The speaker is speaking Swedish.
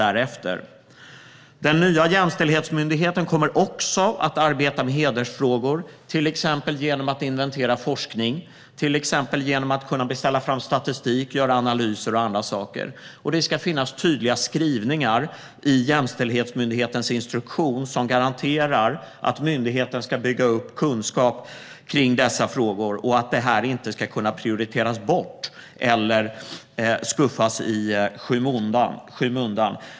Den nya jämställdhetsmyndigheten kommer också att arbeta med hedersfrågor, till exempel genom att inventera forskning, beställa fram statistik och göra analyser. Det ska finnas tydliga skrivningar i jämställdhetsmyndighetens instruktion som garanterar att myndigheten ska bygga upp kunskap kring dessa frågor och att detta inte ska kunna prioriteras bort eller skuffas i skymundan.